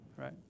Right